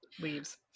leaves